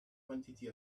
quantity